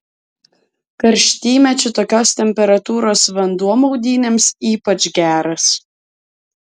karštymečiu tokios temperatūros vanduo maudynėms ypač geras